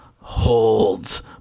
holds